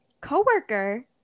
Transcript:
coworker